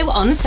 on